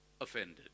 offended